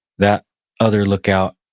that other lookout,